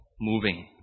moving